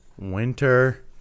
Winter